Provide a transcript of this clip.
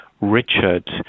Richard